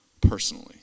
Personally